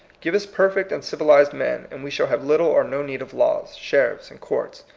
give us perfect and civilized men, and we shall have little or no need of laws, sheriffs, and courts.